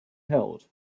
held